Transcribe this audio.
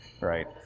right